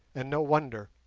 and no wonder,